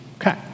Okay